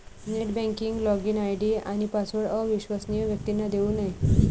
net banking login ID आणि password अविश्वसनीय व्यक्तींना देऊ नये